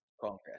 Congress